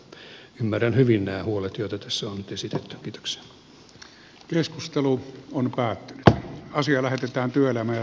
mutta ymmärrän hyvin nämä huolet joita tässä on nyt esitetty